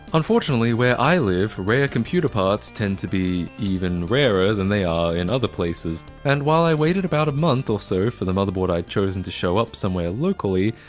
unfortunately where i live, rare computer parts tend to be even rarer than they are in other places. and while i waited about a month or so for the motherboard i had chosen to show up somewhere locally,